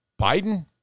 Biden